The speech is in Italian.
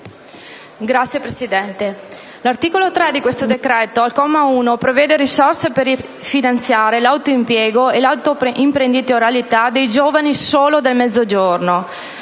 l'articolo 3 di questo decreto-legge al comma 1 prevede risorse per finanziare l'autoimpiego e l'autoimprenditorialità dei giovani solo del Mezzogiorno.